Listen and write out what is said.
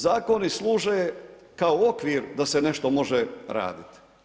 Zakoni služe kao okvir da se nešto može raditi.